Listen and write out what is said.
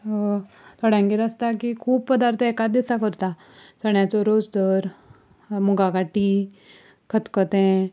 थोड्यांगेर आसता की खूब प्रदार्थ एकाच दिसाक करता चण्याचो रोस धर मुंगा खाटी खतखतें